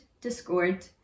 discord